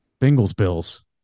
Bengals-Bills